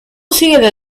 sigue